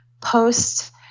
post